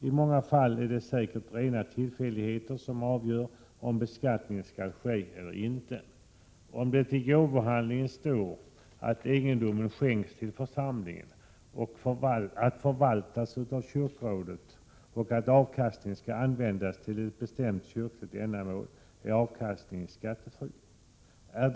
I många fall är det säkert rena tillfälligheter som avgör om beskattning skall ske eller inte. Om det i gåvohandlingen står skrivet att egendomen skänks till församlingen, att förvaltas av kyrkorådet och att avkastningen skall användas till ett bestämt kyrkligt ändamål, är avkastningen skattefri.